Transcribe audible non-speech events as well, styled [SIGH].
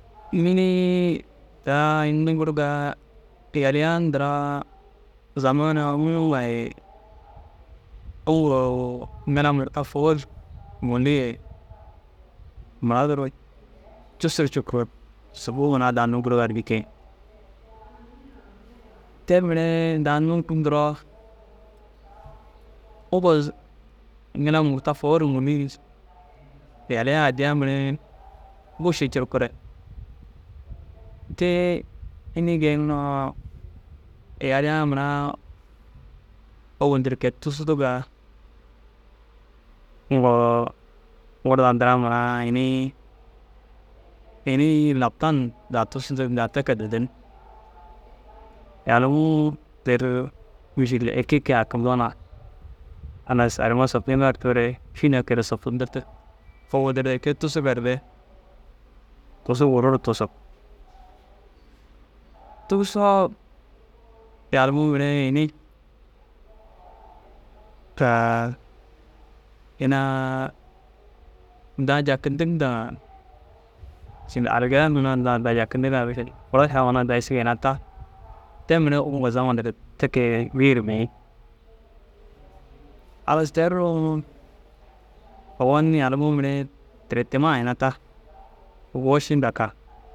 Mîni daa ini nûŋgurugaa yaliya ndiraa zaman a unnu ŋa ye uŋgo ŋila murta fôu ru ŋûlli ye mura duro cussu ru cukuu subuu hunaa daa nûŋgurugaar jikii. «Te miree daa nûŋgurug» ndîroo uŋgo [HESITATION] ŋila murta fôu ru ŋûlli yaliya addiya miree bur ši curukure, tee ini geyiŋ nûŋoo? Yaliya mura ôwel dir kei tusudigaa uŋgoo wurda ndiraa mura inii inii laptan daa tusudig ndaa te ke dîdin. Yalumuu dêr mîšil eke ke hakindoo na halas arima sopciŋgaar coore fî nakiere soptidirtig. Fûlur re kei tusugar re tusuu wuru ru tuusug. Tuusoo yalimuu mire ini [HESITATION] inaa daa jakindig ndaa mîšil aligiya hunaa daa jakindiga mîšil furaša huna daa isigaa ina ta te mire uŋgo zaman dir te ke bîyir bêi. Halas teru ruuŋoo ogon yalimuu mire tiretema ina ta woši nda ka